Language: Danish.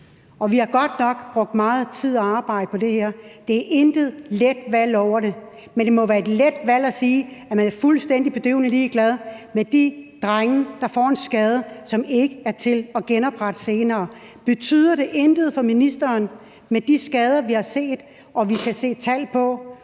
og vi har godt nok brugt meget tid og arbejde på det her. Så der er intet let valg over det, men det må jo være et let valg at sige, at man er fuldstændig bedøvende ligeglad med de drenge, der får en skade, som ikke er til at genoprette senere. Betyder det intet for ministeren med de skader, som vi har set, og at vi kan se tal på,